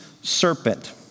serpent